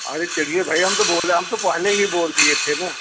अरे चलिए भाई हम तो बोले हम तो पहले ही बोल दिए थे ना